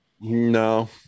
No